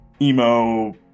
emo